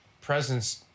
presence